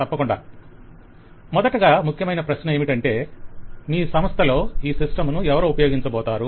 తప్పకుండా వెండర్ మొదటగా ముఖ్యమైన ప్రశ్న ఏమిటంటే మీ సంస్థలో ఈ సిస్టం ను ఎవరు ఉపయోగించబోతారు